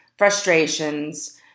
frustrations